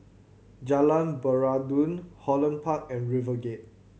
Jalan Peradun Holland Park and RiverGate